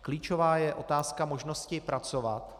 Klíčová je otázka možnosti pracovat.